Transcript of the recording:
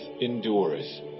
endures